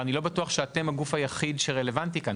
אבל אני לא בטוח שאתם הגוף היחידי שרלוונטי כאן.